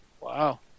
Wow